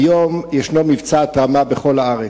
היום יש מבצע התרמה בכל הארץ.